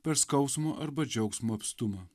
per skausmo arba džiaugsmo apstumą